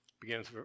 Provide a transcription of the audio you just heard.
begins